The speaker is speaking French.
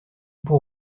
pour